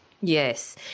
Yes